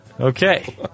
Okay